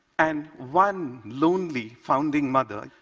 and one lonely founding mother,